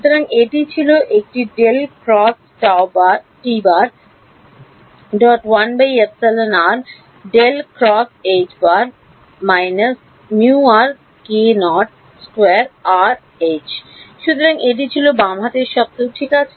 সুতরাং এটি ছিল একটি সুতরাং এটি ছিল বাম হাতের শব্দ ঠিক আছে